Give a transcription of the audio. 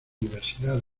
diversidad